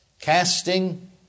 casting